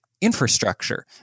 infrastructure